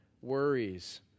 worries